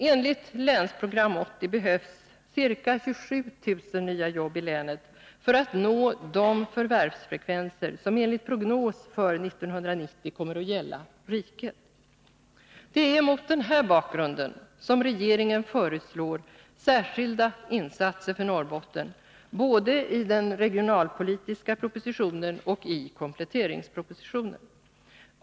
Enligt Länsprogram 80 behövs ca 27 000 nya jobb i länet för att nå de förvärvsfrekvenser som enligt prognos för 1990 kommer att gälla riket. Det är mot den här bakgrunden regeringen föreslår särskilda insatser för Norrbotten både i den regionalpolitiska propositionen och i kompletteringspropositionen.